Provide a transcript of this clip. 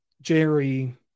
Jerry